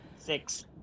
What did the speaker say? Six